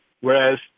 whereas